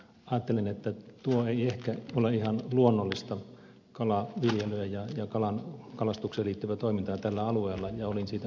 ajattelin että tuo ei ehkä ole ihan luonnollista kalanviljelyä ja kalastukseen liittyvää toimintaa tällä alueella ja olin siitä huolissani